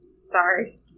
Sorry